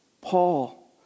Paul